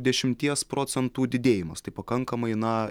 dešimties procentų didėjimas tai pakankamai na